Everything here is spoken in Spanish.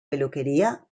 peluquería